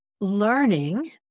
learning